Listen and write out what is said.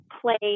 play